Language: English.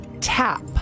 Tap